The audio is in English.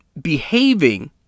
behaving